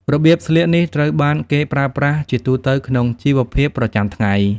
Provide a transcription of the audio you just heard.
របៀបស្លៀកនេះត្រូវបានគេប្រើប្រាស់ជាទូទៅក្នុងជីវភាពប្រចាំថ្ងៃ។